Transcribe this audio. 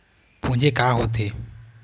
पूंजी का होथे?